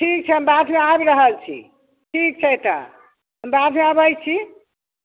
ठीक छै हम बादमे आबि रहल छी ठीक छै तऽ बादमे अबैत छी